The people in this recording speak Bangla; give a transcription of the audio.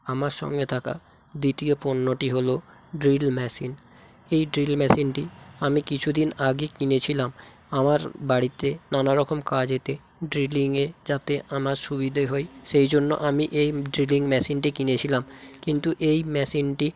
আমার সঙ্গে থাকা দ্বিতীয় পণ্যটি হল ড্রিল মেশিন এই ড্রিল মেশিনটি আমি কিছু দিন আগে কিনেছিলাম আমার বাড়িতে নানা রকম কাজেতে ড্রিলিংয়ে যাতে আমার সুবিধে হয় সেই জন্য আমি এই ড্রিলিং মেশিনটি কিনেছিলাম কিন্তু এই মেশিনটি